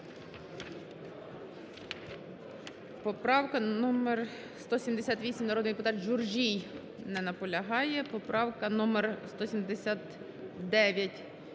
Поправка номер 178, народний депутат Журжій. Не наполягає. Поправка номер 179